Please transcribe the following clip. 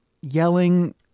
yelling